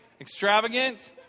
Extravagant